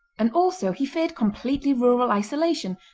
and also he feared completely rural isolation,